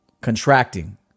contracting